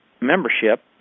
membership